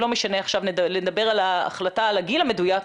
לא משנה לדבר על ההחלטה על הגיל המדויק,